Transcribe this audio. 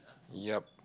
ya